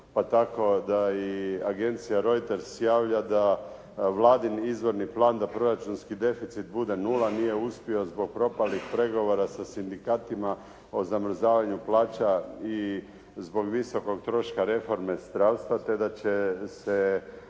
pa tako i da i Agencija Reuters javlja da Vladin izvorni plan da proračunski deficit bude nula nije uspio zbog propalih pregovora sa sindikatima o zamrzavanju plaća i zbog visokog troška reforme zdravstva te da će se